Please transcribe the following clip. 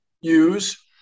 use